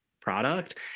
product